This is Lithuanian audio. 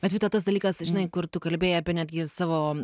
bet vita tas dalykas žinai kur tu kalbėjai apie netgi savo